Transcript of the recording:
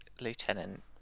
Lieutenant